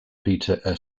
peter